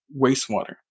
wastewater